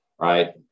right